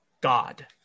God